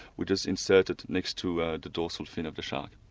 we just insert it next to the dorsal fin of the shark.